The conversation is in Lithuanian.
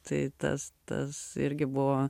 tai tas tas irgi buvo